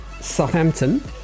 Southampton